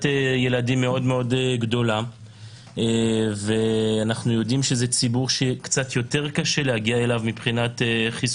ילדים גדולה וזה ציבור שיותר קשה להגיע אליו.